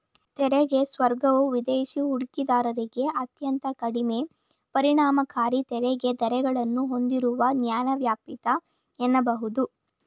ತೆರಿಗೆ ಸ್ವರ್ಗವು ವಿದೇಶಿ ಹೂಡಿಕೆದಾರರಿಗೆ ಅತ್ಯಂತ ಕಡಿಮೆ ಪರಿಣಾಮಕಾರಿ ತೆರಿಗೆ ದರಗಳನ್ನ ಹೂಂದಿರುವ ನ್ಯಾಯವ್ಯಾಪ್ತಿ ಎನ್ನಬಹುದು